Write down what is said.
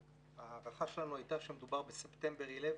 ההערכה שלנו הייתה שמדובר ב-September 11,